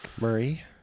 Murray